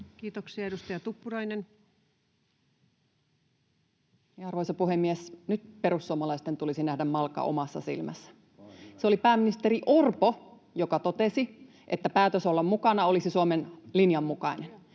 Time: 13:49 Content: Arvoisa puhemies! Nyt perussuomalaisten tulisi nähdä malka omassa silmässä. Se oli pääministeri Orpo, joka totesi, että päätös olla mukana olisi Suomen linjan mukainen.